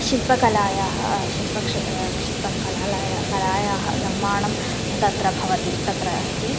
शिल्पकलायाः शिल्पक्षे शिल्पकलायाः कलायाः निर्माणं तत्र भवति तत्र अस्ति